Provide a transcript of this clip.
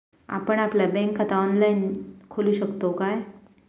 आपण आपला बँक खाता ऑनलाइनव खोलू शकतव काय?